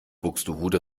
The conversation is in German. buxtehude